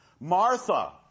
Martha